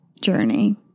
journey